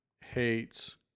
hates